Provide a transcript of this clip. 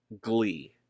glee